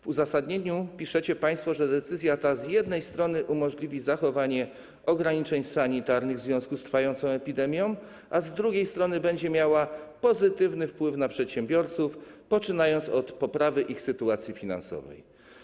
W uzasadnieniu piszecie państwo, że decyzja ta z jednej strony umożliwi zachowanie ograniczeń sanitarnych w związku z trwającą epidemią, a z drugiej strony będzie miała pozytywny wpływ na przedsiębiorców, poczynając od poprawy ich sytuacji finansowej.